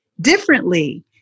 differently